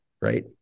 right